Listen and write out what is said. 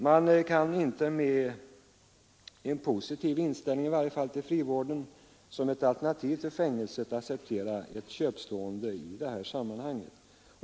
Man kan inte, i varje fall om man har en positiv inställning till frivården som ett alternativ till fängelset, acceptera ett köpslående i detta sammanhang.